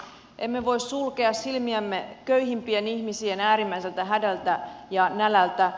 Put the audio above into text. emme voi sulkea silmiämme köyhimpien ihmisien äärimmäiseltä hädältä ja nälältä